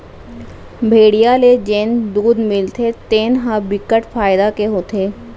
भेड़िया ले जेन दूद मिलथे तेन ह बिकट फायदा के होथे